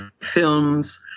films